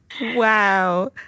Wow